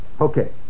Okay